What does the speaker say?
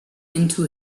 into